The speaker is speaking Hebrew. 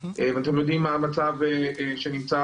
ואתם יודעים מה המצב שם.